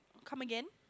come again